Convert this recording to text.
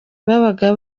babaga